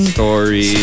story